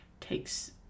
takes